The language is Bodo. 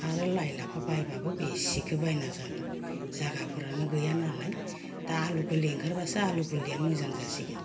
आरो लाइ लाफा बायबाबो बेसेखो बायना जागोन जागाफोरानो गैयानालाय दा आलु गोरलै ओंखारब्लासो आलु गोरलैया मोजां जासिगोन